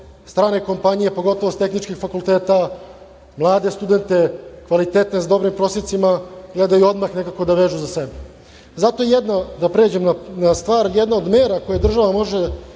strane kompanije, pogotovo sa tehničkih fakulteta, mlade studente, kvalitetne, sa dobrim prosecima, gledaju nekako odmah da vežu za sebe. Da pređem na stvar, jedna od mera koje država može